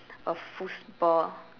a foosball